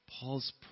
Paul's